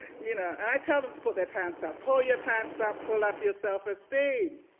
you know and i tell them to pull their pants up. pull your pants up. pull up your self-esteem.